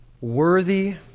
worthy